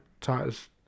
titus